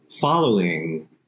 following